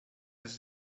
jest